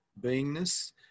beingness